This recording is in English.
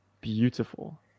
beautiful